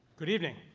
good evening.